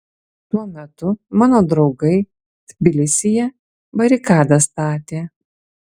tuo metu mano draugai tbilisyje barikadas statė